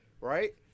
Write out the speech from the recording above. right